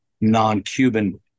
non-cuban